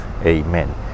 Amen